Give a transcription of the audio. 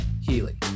Healy